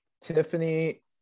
Tiffany